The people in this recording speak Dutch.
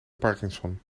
parkinson